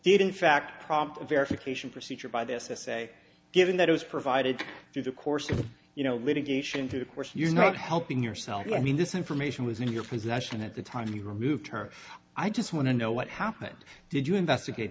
did in fact prompt verification procedure by this essay given that it was provided through the course of the you know litigation to of course you're not helping yourself i mean this information was in your possession at the time you removed her i just want to know what happened did you investigate